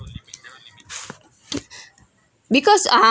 because uh